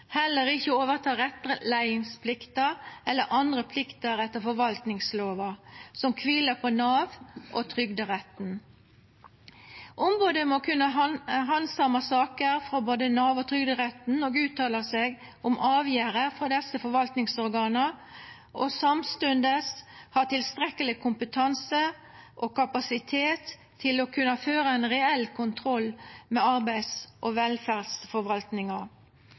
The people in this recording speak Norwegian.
heller ikkje overta rettleiingsplikta eller andre plikter etter forvaltingslova som kviler på Nav og Trygderetten. Ombodet må kunna handsama saker frå både Nav og Trygderetten, uttala seg om avgjerder frå desse forvaltingsorgana og samstundes ha tilstrekkeleg kompetanse og kapasitet til å kunna føra ein reell kontroll med arbeids- og